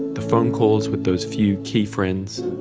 the phone calls with those few key friends.